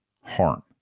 harm